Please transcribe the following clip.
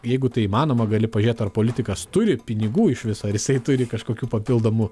jeigu tai įmanoma gali pažiūrėt ar politikas turi pinigų iš viso ar jisai turi kažkokių papildomų